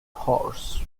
horse